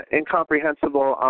incomprehensible